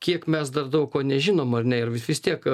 kiek mes dar daug ko nežinom ar ne ir f vis tiek